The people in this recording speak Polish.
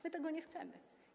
My tego nie chcemy.